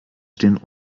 stehen